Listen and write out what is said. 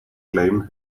claimed